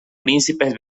príncipes